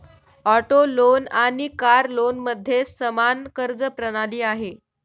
auto loan आणि car लोनमध्ये समान कर्ज प्रणाली आहे